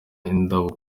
indabo